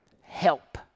help